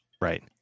Right